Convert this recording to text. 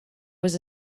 was